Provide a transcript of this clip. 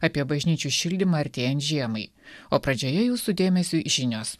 apie bažnyčių šildymą artėjant žiemai o pradžioje jūsų dėmesiui žinios